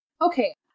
Okay